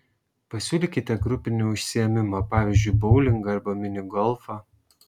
pasiūlykite grupinį užsiėmimą pavyzdžiui boulingą arba mini golfą